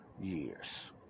years